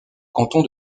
canton